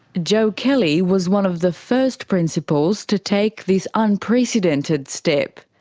joe kelly was one of the first principals to take this unprecedented step,